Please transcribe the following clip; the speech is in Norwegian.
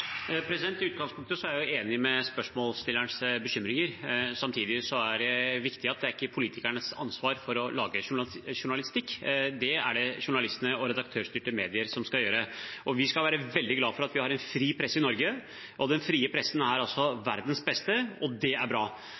I utgangspunktet er jeg enig i spørsmålsstillerens bekymringer. Samtidig er det viktig å si at det ikke er politikernes ansvar å lage journalistikk; det er det journalister og redaktørstyrte medier som skal gjøre. Vi skal være veldig glade for at vi har en fri presse i Norge. Den frie pressen er verdens beste, og det er bra.